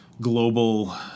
global